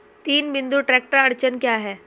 तीन बिंदु ट्रैक्टर अड़चन क्या है?